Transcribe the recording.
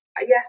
yes